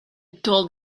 told